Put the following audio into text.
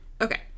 okay